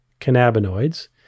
cannabinoids